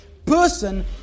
Person